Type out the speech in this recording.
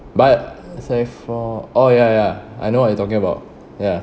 but it's like for oh ya ya I know what you're talking about ya